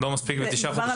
לא מספיק תשעה חודשים?